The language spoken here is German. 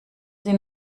sie